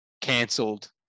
cancelled